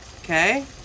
okay